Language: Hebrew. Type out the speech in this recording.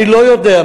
אני לא יודע.